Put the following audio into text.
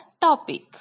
topic